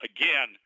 Again